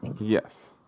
yes